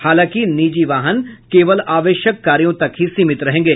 हालांकि निजी वाहन केवल आवश्यक कार्यो तक ही सीमित रहेंगे